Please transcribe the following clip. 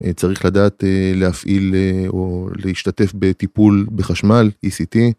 צריך לדעת להפעיל או להשתתף בטיפול בחשמל ect.